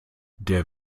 der